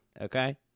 Okay